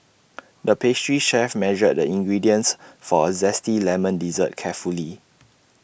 the pastry chef measured the ingredients for A Zesty Lemon Dessert carefully